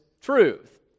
truth